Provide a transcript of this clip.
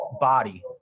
body